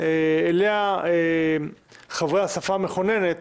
שעליה חברי האסיפה המכוננת